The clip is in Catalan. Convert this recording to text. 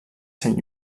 sant